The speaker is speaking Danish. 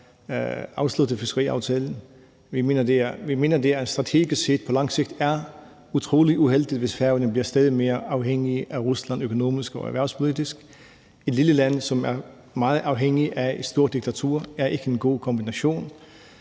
Vi mener, at det strategisk set på lang sigt er utrolig uheldigt, hvis Færøerne bliver stadig mere afhængige af Rusland økonomisk og erhvervspolitisk. Et lille land, som er meget afhængigt af et stort diktatur, er ikke en god kombination.